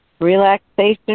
Relaxation